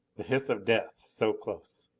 the hiss of death so close!